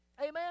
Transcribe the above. Amen